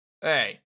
Hey